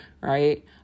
right